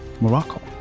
Morocco